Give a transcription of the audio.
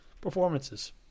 performances